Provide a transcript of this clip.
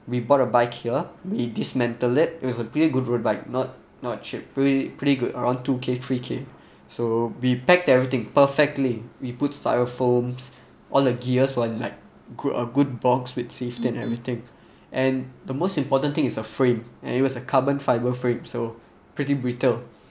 we bought a bike here we dismantled it it was a pretty good road bike not not cheap pretty pretty good around two K three K so we packed everything perfectly we put styrofoams all the gears were in like good uh good box with safety and everything and the most important thing is the frame and it was a carbon fiber frame so pretty brittle